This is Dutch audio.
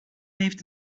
heeft